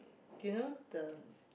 do you know the